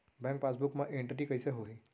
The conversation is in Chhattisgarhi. बैंक पासबुक मा एंटरी कइसे होही?